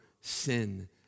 sin